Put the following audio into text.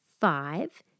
five